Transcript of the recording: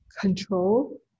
control